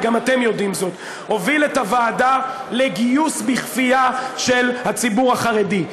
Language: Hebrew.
וגם אתם יודעים זאת: הוא הוביל את הוועדה לגיוס בכפייה של הציבור החרדי.